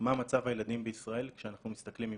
מה מצב הילדים בישראל כשאנחנו מסתכלים מבחוץ.